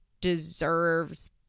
deserves